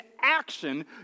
action